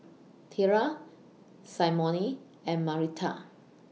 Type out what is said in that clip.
Thyra Symone and Marita